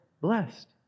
blessed